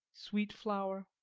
sweet flower,